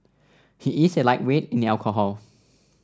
he is a lightweight in alcohol